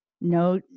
no